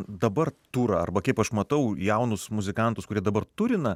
dabar turą arba kaip aš matau jaunus muzikantus kurie dabar turina